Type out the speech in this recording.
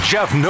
Jeff